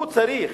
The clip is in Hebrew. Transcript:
הוא צריך,